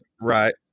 Right